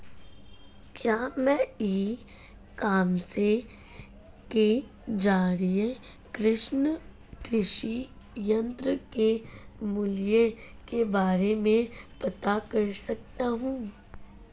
क्या मैं e commerce के ज़रिए कृषि यंत्र के मूल्य के बारे में पता कर सकता हूँ?